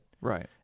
Right